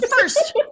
first